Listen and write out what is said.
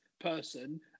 person